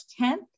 10th